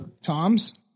Tom's